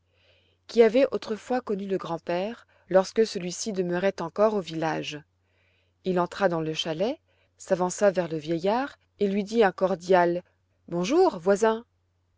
qui avait autrefois connu le grand-père lorsque celui-ci demeurait encore au village il entra dans le chalet s'avança vers le vieillard et lui dit un cordial bonjour voisin